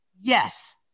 Yes